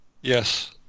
Yes